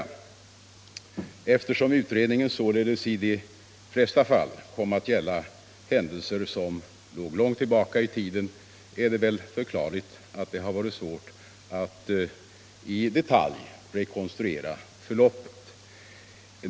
Eftersom utredningen således i de flesta fall kom att gälla händelser som låg långt tillbaka i tiden är det förklarligt att det har varit svårt att i detalj rekonstruera händelseförloppet.